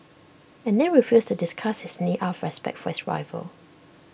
and then refused to discuss his knee out of respect for his rival